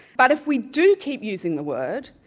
but if we do keep using the word,